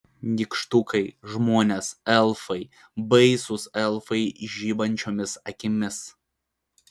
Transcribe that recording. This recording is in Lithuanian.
nykštukai žmonės elfai baisūs elfai žibančiomis akimis